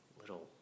little